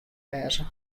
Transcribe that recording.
wêze